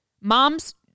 Moms